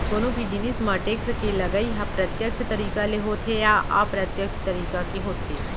कोनो भी जिनिस म टेक्स के लगई ह प्रत्यक्छ तरीका ले होथे या अप्रत्यक्छ तरीका के होथे